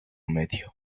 medio